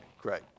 great